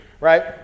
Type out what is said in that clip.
right